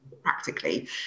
practically